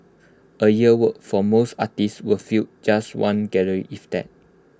A year's work for most artists would fill just one gallery if that